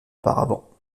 auparavant